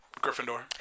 Gryffindor